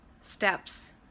steps